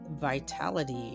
vitality